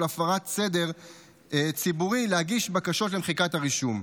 הפרת סדר ציבורי להגיש בקשות למחיקת הרישום.